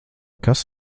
kas